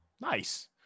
Nice